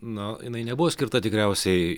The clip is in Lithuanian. na jinai nebuvo skirta tikriausiai